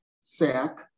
sack